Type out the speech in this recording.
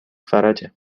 فرجه